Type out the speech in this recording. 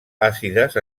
àcides